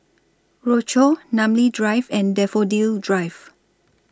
Rochor Namly Drive and Daffodil Drive